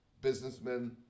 businessmen